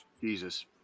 Jesus